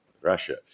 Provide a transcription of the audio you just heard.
Russia